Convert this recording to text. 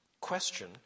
question